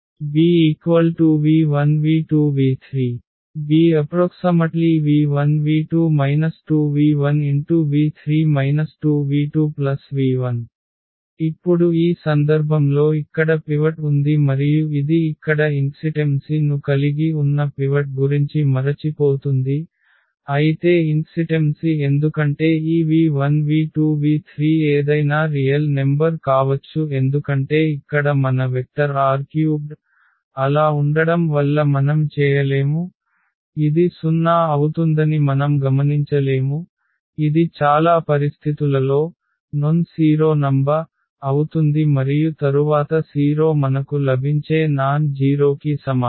Bv1 v2 v3 Bv1 v2 2v1 v3 2v2v1 ఇప్పుడు ఈ సందర్భంలో ఇక్కడ పివట్ ఉంది మరియు ఇది ఇక్కడ ఇన్కన్సిస్టెన్సీ ను కలిగి ఉన్న పివట్ గురించి మరచిపోతుంది అయితే ఇన్క్సిటెంన్సి ఎందుకంటే ఈ v1 v2 v3 ఏదైనా రియల్ నెంబర్ కావచ్చు ఎందుకంటే ఇక్కడ మన వెక్టర్ R³ అలా ఉండడం వల్ల మనం చేయలేము ఇది 0 అవుతుందని మనం గమనించలేము ఇది చాలా పరిస్థితులలో సున్నా కాని సంఖ్య అవుతుంది మరియు తరువాత 0 మనకు లభించే నాన్ జీరో కి సమానం